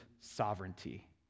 sovereignty